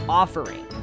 offering